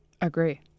Agree